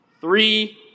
three